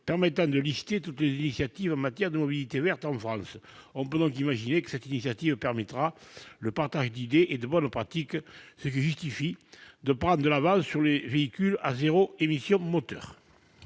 permettant de lister toutes les initiatives en matière de mobilité verte en France. On peut donc imaginer que cette mesure permettra le partage d'idées et de bonnes pratiques, ce qui justifie de prendre de l'avance sur les véhicules à zéro émission moteur.